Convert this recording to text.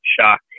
shock